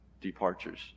departures